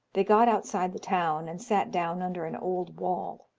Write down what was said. they got outside the town, and sat down under an old wall,